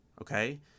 Okay